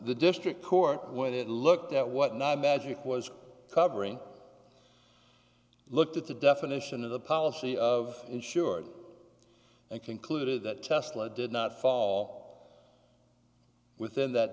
the district court what it looked at what not magic was covering looked at the definition of the policy of insured and concluded that tesla did not follow within that